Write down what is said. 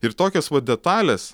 ir tokios va detalės